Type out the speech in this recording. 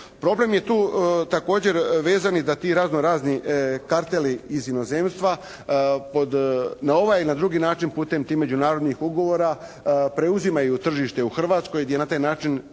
Problem je tu također vezan i da tu razno-razni karteli iz inozemstva, pod na ovaj ili na drugi način putem tih međunarodnih ugovora preuzimaju tržište u Hrvatskoj, gdje na taj način